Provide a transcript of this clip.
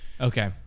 Okay